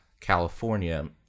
California